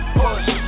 push